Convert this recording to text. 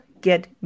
get